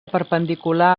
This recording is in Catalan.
perpendicular